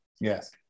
Yes